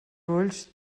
ulls